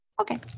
Okay